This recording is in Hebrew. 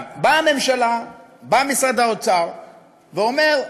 באה הממשלה, בא משרד האוצר ואומר: